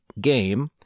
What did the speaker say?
game